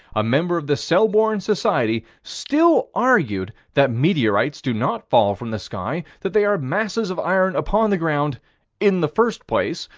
a member of the selborne society still argued that meteorites do not fall from the sky that they are masses of iron upon the ground in the first place,